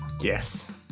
Yes